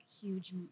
huge